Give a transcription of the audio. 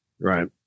Right